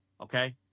Okay